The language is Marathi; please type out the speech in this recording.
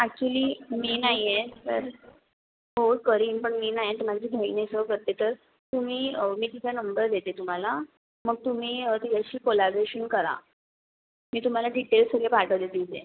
ॲक्च्युली मी नाही आहे तर हो करीन पण मी नाही तर माझी बहीण येईल प्रत्य तर तुम्ही मी तिचा नंबर देते तुम्हाला मग तुम्ही तिच्याशी कोलाब्रेशन करा मी तुम्हाला डीटेल्स सगळे पाठवते तिचे